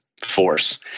force